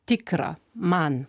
tikra man